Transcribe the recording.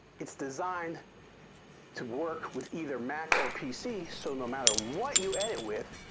it's designed to work with either mac or pc, so no matter what you edit with,